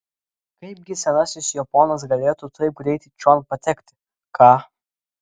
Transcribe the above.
kaipgi senasis jo ponas galėtų taip greit čion patekti ką